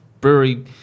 brewery